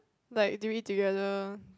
like do you eat together